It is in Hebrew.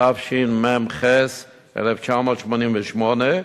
התשנ"ח 1998,